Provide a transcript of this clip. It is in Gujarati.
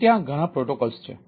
અને ત્યાં ઘણા પ્રોટોકોલ છે